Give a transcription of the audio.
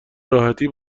راحتی